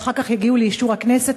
ואחר כך יגיעו לאישור הכנסת,